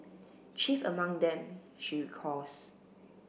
chief among them she recalls